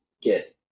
get